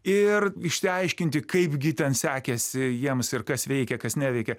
ir išsiaiškinti kaipgi ten sekėsi jiems ir kas veikia kas neveikia